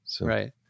Right